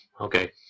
Okay